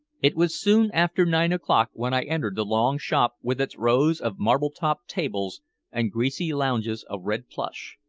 it was soon after nine o'clock when i entered the long shop with its rows of marble-topped tables and greasy lounges of red plush.